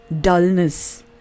dullness